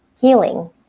healing